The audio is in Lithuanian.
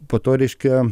po to reiškia